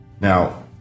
Now